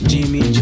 Jimmy